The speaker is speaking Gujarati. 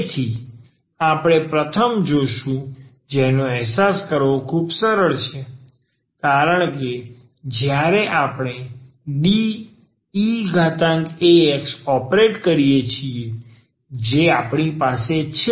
તેથી આ આપણે પ્રથમ જોશું જેનો અહેસાસ કરવો ખૂબ જ સરળ છે કારણ કે જ્યારે આપણે Deax ઓપરેટ કરીએ છીએ જે આપણી પાસે છે